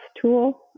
tool